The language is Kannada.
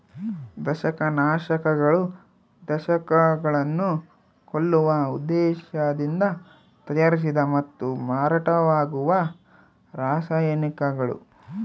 ದಂಶಕನಾಶಕಗಳು ದಂಶಕಗಳನ್ನು ಕೊಲ್ಲುವ ಉದ್ದೇಶದಿಂದ ತಯಾರಿಸಿದ ಮತ್ತು ಮಾರಾಟವಾಗುವ ರಾಸಾಯನಿಕಗಳು